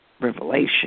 revelation